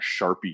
Sharpie